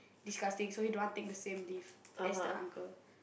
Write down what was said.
disgusting so he don't want take the same lift as the uncle